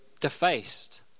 defaced